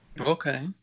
Okay